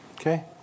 Okay